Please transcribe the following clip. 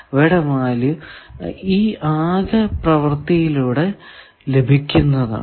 അവയുടെ വാല്യൂ ഈ ആകെ പ്രവർത്തിയിലൂടെ ലഭിക്കുന്നതാണ്